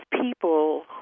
people